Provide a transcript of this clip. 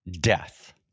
death